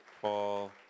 Paul